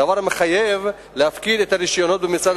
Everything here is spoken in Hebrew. דבר המחייב להפקיד את הרשיונות במשרד